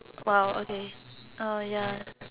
!wow! okay oh ya